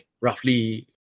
Roughly